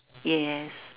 yes yes